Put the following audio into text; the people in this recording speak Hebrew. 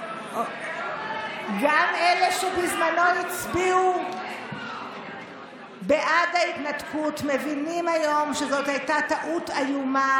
גם אלה שבזמנו הצביעו בעד ההתנתקות מבינים היום שזאת הייתה טעות איומה.